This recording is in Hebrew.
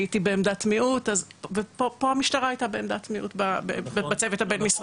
הייתי בעמדת מיעוט ופה המשטרה הייתה בעמדת מיעוט בצוות הבין-משרדי.